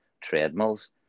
treadmills